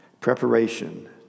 preparation